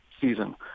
season